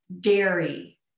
dairy